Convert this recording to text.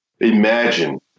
imagine